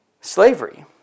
Slavery